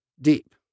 deep